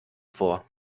vor